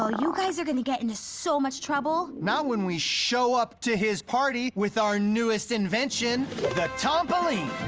you guys are going to get into so much trouble. not when we show up to his party with our newest invention the tompoline!